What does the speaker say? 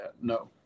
no